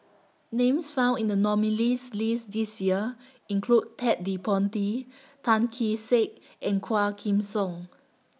Names found in The nominees' list This Year include Ted De Ponti Tan Kee Sek and Quah Kim Song